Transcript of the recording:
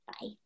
Bye